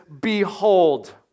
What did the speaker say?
behold